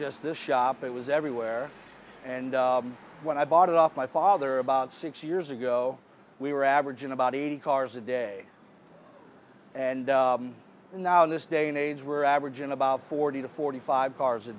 just this shop it was everywhere and when i bought it off my father about six years ago we were averaging about eighty cars a day and now in this day and age we're averaging about forty to forty five cars a